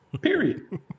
Period